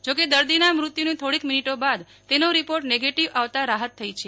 જો કે દર્દાના મૃત્યુની થોડીક મિનિટો બાદ તેનો રીપોર્ટ નેગેટીવ આવતાં હાશ થઈ છે